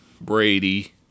Brady